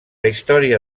història